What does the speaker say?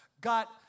got